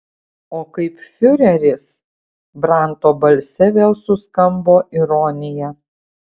o kaip fiureris branto balse vėl suskambo ironija